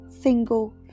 single